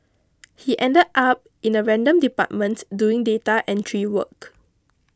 he ended up in a random department doing data entry work